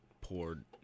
poured